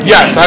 Yes